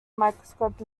microscope